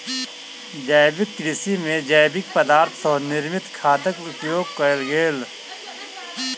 जैविक कृषि में जैविक पदार्थ सॅ निर्मित खादक उपयोग कयल गेल